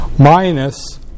Minus